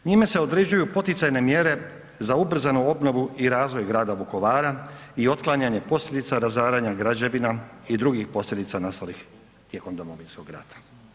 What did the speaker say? Njime se određuju poticajne mjere za ubrzanu obnovu i razvoj grada Vukovara i otklanjanje posljedica razaranja građevina i drugih posljedica nastalih tijekom Domovinskog rata.